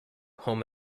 home